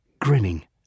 grinning